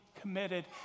committed